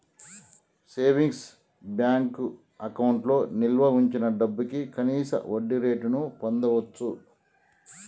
savings bank అకౌంట్లో నిల్వ వుంచిన డబ్భుకి కనీస వడ్డీరేటును పొందచ్చు